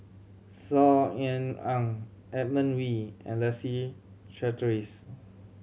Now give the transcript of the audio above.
Saw Ean Ang Edmund Wee and Leslie Charteris